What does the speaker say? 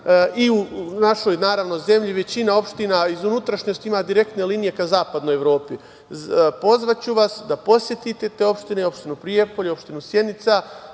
i u našoj, naravno zemlji, većina opština iz unutrašnjosti ima direktne linije ka zapadnoj Evropi. Pozvaću vas da posetite te opštine, opštinu Prijepolje i opštinu Sjenica.